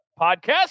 Podcast